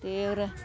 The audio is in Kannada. ದೇವ್ರ